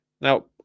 Now